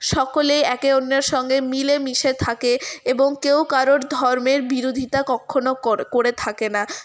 সকলেই একে অন্যের সঙ্গে মিলেমিশে থাকে এবং কেউ কারোর ধর্মের বিরোধিতা কক্ষনও কর করে থাকে না